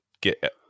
get